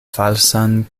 falsan